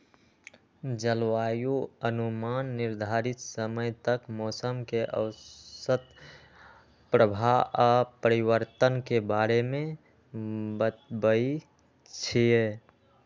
जलवायु अनुमान निर्धारित समय तक मौसम के औसत प्रभाव आऽ परिवर्तन के बारे में बतबइ छइ